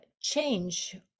change